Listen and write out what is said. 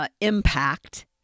Impact